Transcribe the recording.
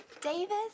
Davis